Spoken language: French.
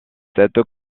cette